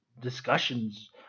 discussions